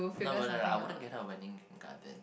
no no no I would not get her a wedding garden